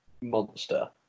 monster